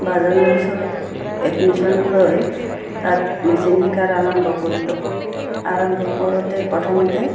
বাজনীৰ ওচৰত এডমিশন লৈ তাত মেচিন শিকাৰ আৰম্ভ কৰিলোঁ আৰম্ভ কৰোঁতেই প্ৰথমতে